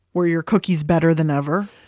were your cookies better than ever?